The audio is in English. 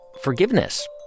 forgiveness